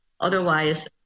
otherwise